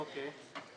אוקיי.